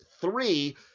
three